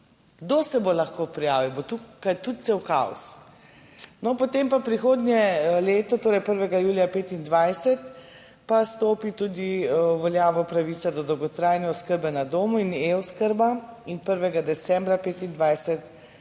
Kdo se bo lahko prijavil, bo tukaj tudi cel kaos? No, potem pa prihodnje leto, torej 1. julija 2025 pa stopi tudi v veljavo pravica do dolgotrajne oskrbe na domu in eOskrba in 1. decembra 2025